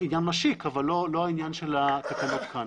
עניין משיק, אבל לא העניין של התקנות כאן.